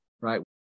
right